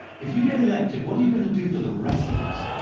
if you get elected, what are you going to do for the rest of us,